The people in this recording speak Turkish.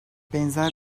benzer